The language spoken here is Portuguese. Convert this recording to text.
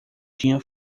tinha